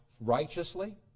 righteously